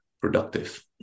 productive